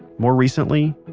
more recently,